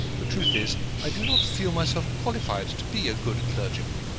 the truth is, i do not feel myself qualified to be a good clergyman.